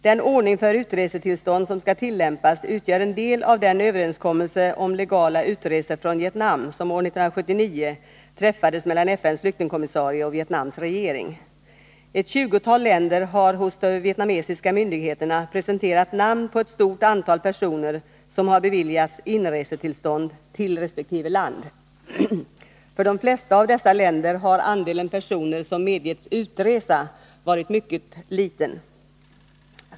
Den ordning för utresetillstånd som skall tillämpas utgör en del av den överenskommelse om legala utresor från Vietnam som år 1979 träffades mellan FN:s flyktingkommissarie och Vietnams regering. Ett tjugotal länder har hos de vietnamesiska myndigheterna presenterat namn på ett stort antal personer som har beviljats inresetillstånd till resp. land. För de flesta av dessa länder har andelen personer som medgetts utresa varit mycket liten.